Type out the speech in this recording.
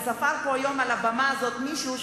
וספר פה היום על הבמה הזאת מישהו,